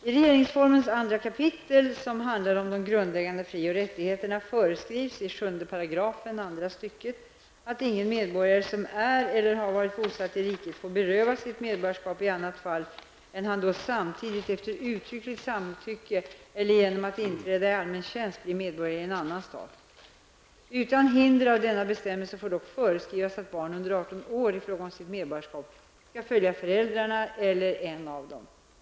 I regeringsformens andra kapitel, som handlar om de grundläggande fri och rättigheterna, föreskrivs i 7 § andra stycket att ingen medborgare som är eller har varit bosatt i riket får berövas sitt medborgarskap i annat fall än då han samtidigt, efter uttryckligt samtycke eller genom att inträda i allmän tjänst, blir medborgare i en annan stat. Utan hinder av denna bestämmelse får dock föreskrivas att barn under 18 år i fråga om sitt medborgarskap skall följa föräldrarna eller en av dem.